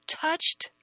touched